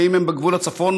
ואם הם בגבול הצפון,